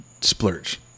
splurge